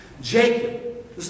Jacob